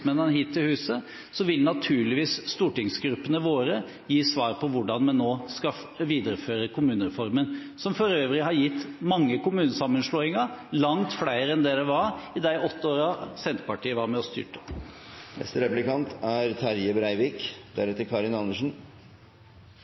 fylkesmennene hit til huset, vil stortingsgruppene våre naturligvis gi svar på hvordan vi nå skal videreføre kommunereformen, som for øvrig har gitt mange kommunesammenslåinger, langt flere enn det var i de åtte årene Senterpartiet var med og styrte. Eg og Venstre er